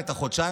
את החודשיים,